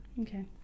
Okay